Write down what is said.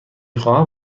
خواهم